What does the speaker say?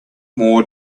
more